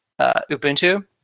Ubuntu